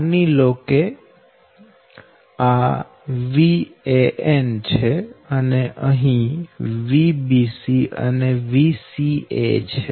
માની લો કે આ Van છે અને અહી Vbc અને Vca છે